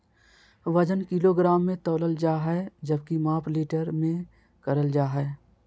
वजन किलोग्राम मे तौलल जा हय जबकि माप लीटर मे करल जा हय